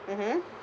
mmhmm